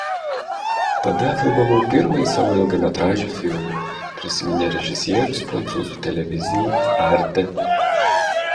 tada filmavau pirmąjį savo ilgametražį filmą prisiminė režisierius prancūzų televizijai arte